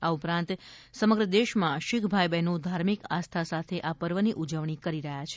આ ઉપરાંત સમગ્ર દેશમાં શીખ ભાઈ બહેનો ધાર્મિક આસ્થા સાથે આ પર્વની ઉજવણી કરી રહ્યા છે